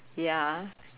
ya